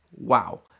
Wow